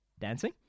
dancing